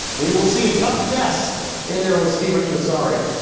we will see. tough test in there with steven tresario.